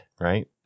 right